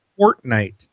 Fortnite